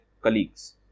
colleagues